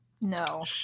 No